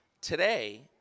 today